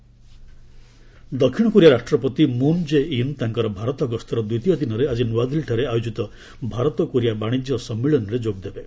Korea prez visit ଦକ୍ଷିଣ Korea ରାଷ୍ଟ୍ରପତି Moon Jae In ତାଙ୍କର ଭାରତ ଗସ୍ତର ଦ୍ୱିତୀୟ ଦିନରେ ଆଜି ନୂଆଦିଲ୍ଲୀଠାରେ ଆୟୋଜିତ ଭାରତ କୋରିଆ ବାଶିଜ୍ୟ ସମ୍ମିଳନୀରେ ଯୋଗଦେବେ